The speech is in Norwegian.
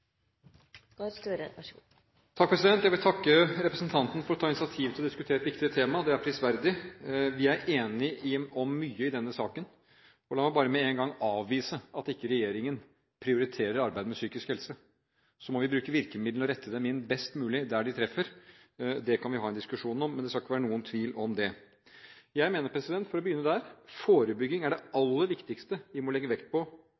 Jeg vil takke representanten for å ta initiativ til å diskutere et viktig tema. Det er prisverdig. Vi er enige om mye i denne saken. La meg bare med en gang avvise at ikke regjeringen prioriterer arbeid med psykisk helse. Så må vi bruke virkemidlene og rette dem inn best mulig der de treffer. Det kan vi ha en diskusjon om, men det skal ikke være noen tvil om det. Jeg mener – for å begynne der – at forebygging er det aller viktigste vi må legge vekt på